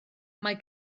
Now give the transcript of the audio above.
mae